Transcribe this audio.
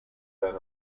been